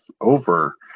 over